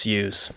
use